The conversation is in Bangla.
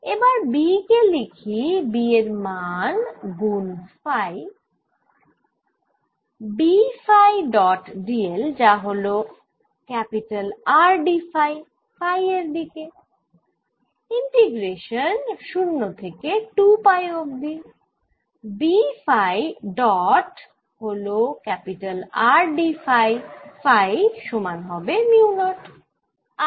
এবার B কে লিখি B এর মান গুন phi B phi dot dl যা হল R d ফাই ফাই এর দিকে - ইন্টিগ্রেশান 0 থেকে 2 পাই অবধি B ফাই ডট হল R d ফাই ফাই সমান হবে মিউ নট I